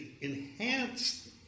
enhanced